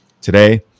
today